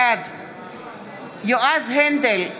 בעד יועז הנדל,